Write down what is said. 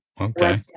Okay